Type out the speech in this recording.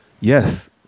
Yes